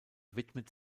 widmet